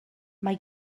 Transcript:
mae